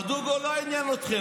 ברדוגו לא עניין אתכם.